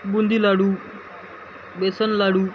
boondi laddoo besan लाडू